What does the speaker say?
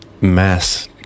mass